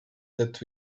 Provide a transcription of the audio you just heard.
that